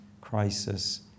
crisis